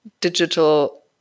digital